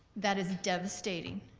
that is devastating.